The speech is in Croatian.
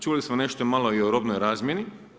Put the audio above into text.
Čuli smo nešto malo i o robnoj razmjeni.